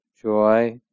joy